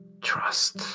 trust